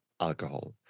alcohol